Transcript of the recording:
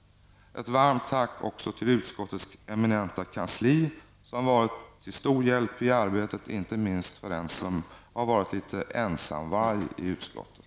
Ett varmt tack också till utskottets eminenta kansli som varit till stor hjälp i arbetet, inte minst för den som varit litet av en ensamvarg i utskottet.